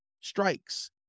strikes